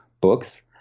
books